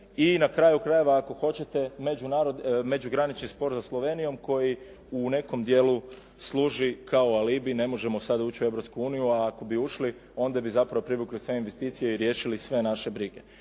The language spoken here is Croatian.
i na kraju krajeva ako hoćete međugranični spor s Slovenijom koji u nekom dijelu služi kao alibi, ne možemo sada ući u Europsku uniju, a ako bi ušli onda bi zapravo privukli sve investicije i riješili sve naše brige.